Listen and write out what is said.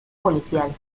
policial